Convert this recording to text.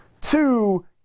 two